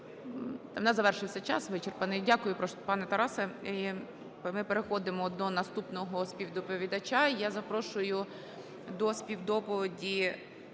У нас завершився час, вичерпаний. Дякую, пане Тарасе. І ми переходимо до наступного співдоповідача. Я запрошую до співдоповіді